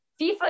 FIFA